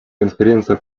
конференция